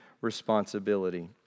responsibility